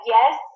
Yes